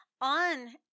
on